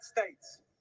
States